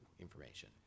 information